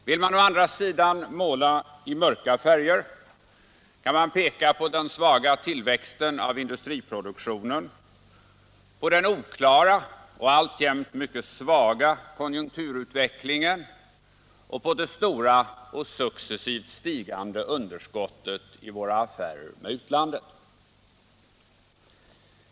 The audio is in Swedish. Vill man å andra sidan måla i mörka färger kan man peka på den svaga tillväxten av industriproduktionen, på den oklara och alltjämt mycket svaga konjunkturutvecklingen och på det stora och successivt stigande underskottet i våra affärer med utlandet.